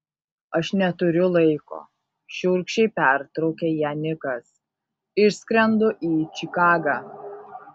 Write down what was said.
aš neturiu laiko šiurkščiai pertraukė ją nikas išskrendu į čikagą